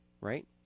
right